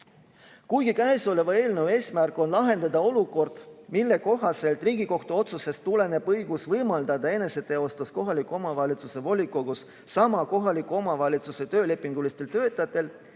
Kuigi kõnealuse eelnõu eesmärk on lahendada olukord, mille kohaselt Riigikohtu otsusest tuleneb õigus võimaldada eneseteostust kohaliku omavalitsuse volikogus sama kohaliku omavalitsuse töölepingulistel töötajatel,